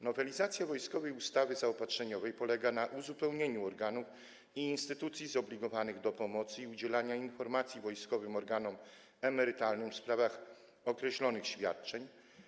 Nowelizacja wojskowej ustawy zaopatrzeniowej polega na uzupełnieniu katalogu organów i instytucji zobligowanych do pomocy i udzielania informacji wojskowym organom emerytalnym w sprawach określonych świadczeń.